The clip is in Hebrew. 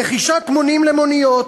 רכישת מונים למוניות,